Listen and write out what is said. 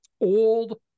old